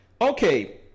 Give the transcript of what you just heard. Okay